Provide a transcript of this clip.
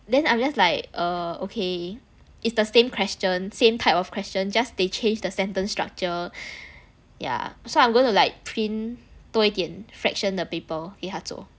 then I'm just like err okay it's the same question same type of question just they change the sentence structure yeah so I'm going to like print 多一点 fraction 的 paper 给他做